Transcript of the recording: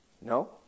No